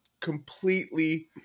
completely